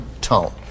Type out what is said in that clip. tone